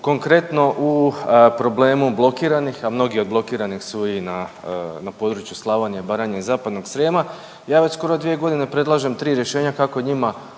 konkretno u problemu blokiranih, a mnogi od blokiranih su i na, na području Slavonije, Baranje i Zapadnog Srijema. Ja već skoro 2.g. predlažem 3 rješenja kako njima